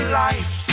life